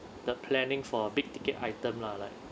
the planning for a big ticket item lah like